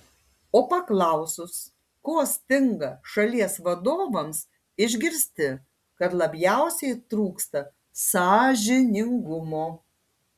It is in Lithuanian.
o paklausus ko stinga šalies vadovams išgirsti kad labiausiai trūksta sąžiningumo